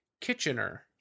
Kitchener